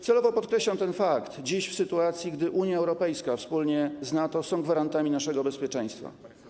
Celowo podkreślam ten fakt dziś, w sytuacji gdy UE wspólnie z NATO są gwarantami naszego bezpieczeństwa.